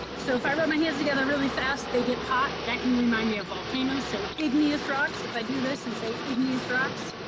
so if i rub my hands together really fast, they get hot, that can remind me of volcanoes. so igneous rocks, if i do this and say igneous rocks,